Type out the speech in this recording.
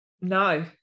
No